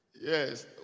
Yes